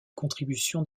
contributions